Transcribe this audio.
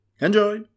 Enjoy